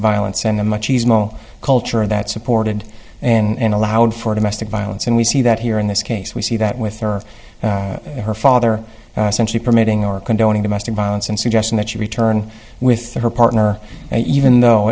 violence and the much easement culture of that supported and allowed for domestic violence and we see that here in this case we see that with her or her father a century permitting or condoning domestic violence and suggesting that you return with her partner even though